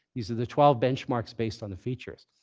these are the twelve benchmarks based on the features.